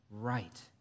right